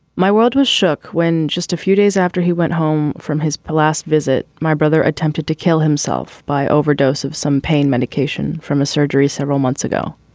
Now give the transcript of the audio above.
my world was shook when, just a few days after he went home from his palast visit, my brother attempted to kill himself by overdose of some pain medication from a surgery several months ago.